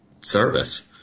service